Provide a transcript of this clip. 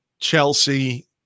Chelsea